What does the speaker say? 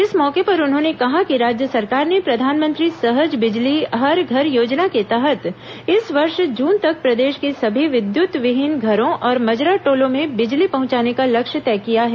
इस मौके पर उन्होंने कहा कि राज्य सरकार ने प्रधानमंत्री सहज बिजली हर घर योजना के तहत इस वर्ष जून तक प्रदेश के सभी विद्युतविहीन घरों और मजरा टोलों में बिजली पहुंचाने का लक्ष्य तय किया है